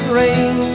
rain